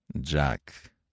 Jack